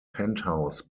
penthouse